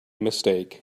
mistake